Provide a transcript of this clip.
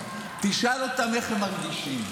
תשאל אותם איך הם מרגישים.